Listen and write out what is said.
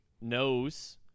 knows